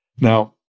Now